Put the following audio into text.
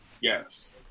yes